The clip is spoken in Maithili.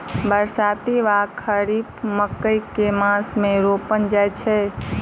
बरसाती वा खरीफ मकई केँ मास मे रोपल जाय छैय?